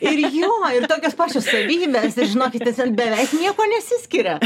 ir jo ir tokios pačios savybės ir žinokit tiesiog beveik niekuo nesiskiria